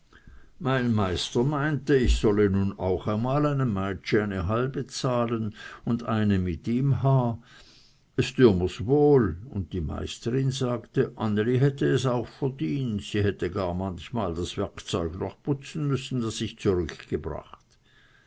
mein meister meinte ich solle auch einmal einem meitschi eine halbe zahlen und eine mit ihm ha es tüe mr's wohl und die meisterin sagte anneli hätte es auch verdient sie hätte gar manchmal das werkzeug noch putzen müssen das ich zurückgebracht